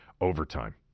overtime